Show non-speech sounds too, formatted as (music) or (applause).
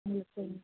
(unintelligible)